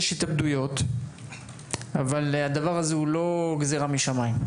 יש התאבדויות אבל הדבר הזה הוא לא גזירה משמיים.